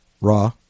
raw